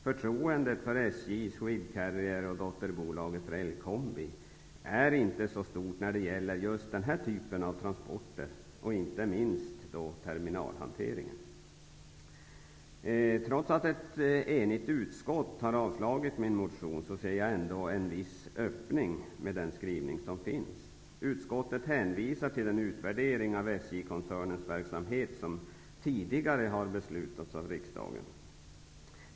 Förtroendet för SJ, Swedcarrier och dotterbolaget Rail Combi AB är inte så stort när det gäller just den här typen av transporter, särskilt inte i fråga om terminalhanteringen. Trots att ett enigt utskott har avstyrkt min motion ser jag ändå en viss öppning i utskottets skrivning. koncernens verksamhet, som tidigare har beslutats av riksdagen.